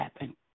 happen